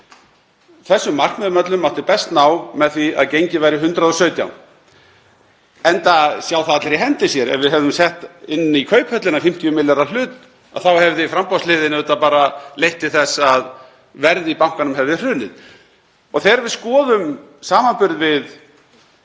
þessum markmiðum öllum mátti best ná með því að gengið væri 117. Enda sjá það allir í hendi sér að ef við hefðum sett inn í Kauphöllina 50 milljarða hlut þá hefði framboðshliðin auðvitað bara leitt til þess að verð í bankanum hefði hrunið. Þegar við skoðum samanburð við